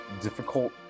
difficult